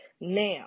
Now